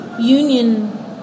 union